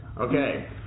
okay